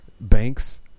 banks